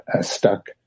stuck